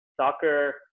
soccer